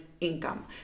income